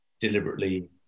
deliberately